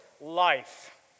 life